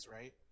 right